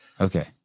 Okay